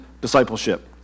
discipleship